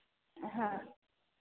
हाँ